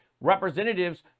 Representatives